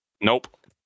Nope